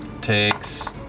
takes